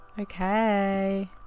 okay